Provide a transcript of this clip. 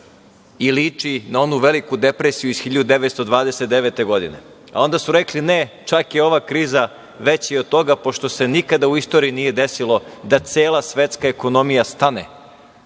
i liči na onu veliku depresiju iz 1929. godine. Onda su rekli – ne, čak je ova kriza veća i od toga pošto se nikada u istoriji nije desilo da cela svetska ekonomija stane,